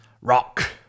rock